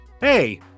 hey